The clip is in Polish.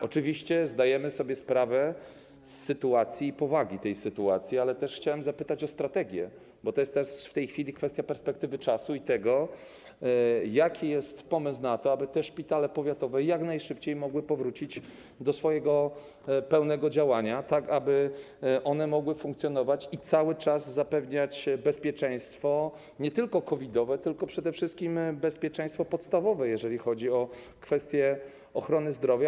Oczywiście zdajemy sobie sprawę z sytuacji i powagi tej sytuacji, ale też chciałem zapytać o strategię, bo to jest w tej chwili kwestia perspektywy czasu i tego, jaki jest pomysł na to, aby te szpitale powiatowe jak najszybciej mogły powrócić do swojego pełnego działania, tak aby mogły funkcjonować i cały czas zapewniać bezpieczeństwo nie tylko COVID-owe, ale przede wszystkim bezpieczeństwo podstawowe, jeżeli chodzi o kwestie ochrony zdrowia.